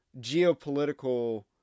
Geopolitical